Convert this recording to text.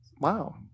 Wow